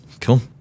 Cool